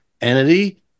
entity